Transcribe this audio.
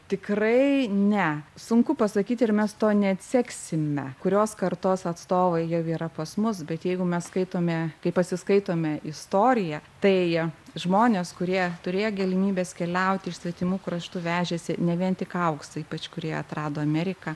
tikrai ne sunku pasakyti ir mes to neatseksime kurios kartos atstovai jau yra pas mus bet jeigu mes skaitome kai pasiskaitome istoriją tai žmonės kurie turėjo galimybės keliauti iš svetimų kraštų vežėsi ne vien tik auksą ypač kurie atrado ameriką